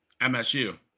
MSU